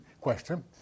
question